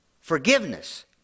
Forgiveness